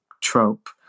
trope